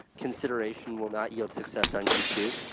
consideration will not yield success on youtube.